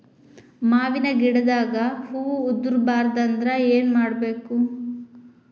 ಮಾವಿನ ಗಿಡದಾಗ ಹೂವು ಉದುರು ಬಾರದಂದ್ರ ಏನು ಮಾಡಬೇಕು?